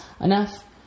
enough